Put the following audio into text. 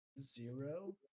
Zero